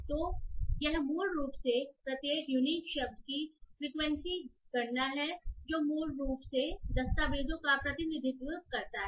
तो यह मूल रूप से प्रत्येक यूनीक शब्द की फ्रीक्वेंसी गणना है जो मूल रूप से दस्तावेज़ों का प्रतिनिधित्व करता है